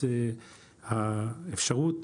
האפשרות